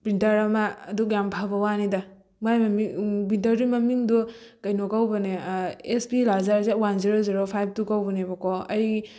printer ꯑꯃ ꯑꯗꯨ ꯌꯥꯝ ꯐꯕ ꯋꯥꯅꯤꯗ ꯃꯥꯏ ꯃꯃꯤꯡ ꯄ꯭ꯔꯤꯟꯇꯔꯗꯨꯒꯤ ꯃꯃꯤꯡꯗꯨ ꯀꯩꯅꯣ ꯀꯧꯕꯅꯦ H P laser one zero zero five two ꯀꯧꯕꯅꯦꯀꯣ ꯑꯩ